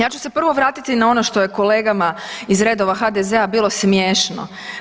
Ja ću se prvo vratiti na ono što je kolegama iz redova HDZ-a bilo smiješno.